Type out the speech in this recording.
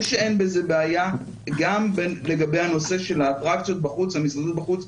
שאין בזה בעיה גם לגבי הנושא של האטרקציות בחוץ והמסעדות בחוץ,